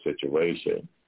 situation